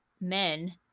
men